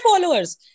followers